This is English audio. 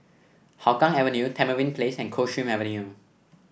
Hougang Avenue Tamarind Place and Coldstream Avenue